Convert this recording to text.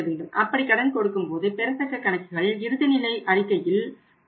அப்படி கடன் கொடுக்கும்போது பெறத்தக்க கணக்குகள் இறுதிநிலை அறிக்கையில் தோன்றும்